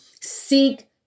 Seek